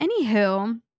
Anywho